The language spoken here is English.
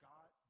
God